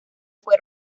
fue